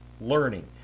learning